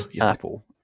Apple